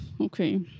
Okay